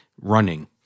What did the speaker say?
running